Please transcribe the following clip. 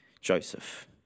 Joseph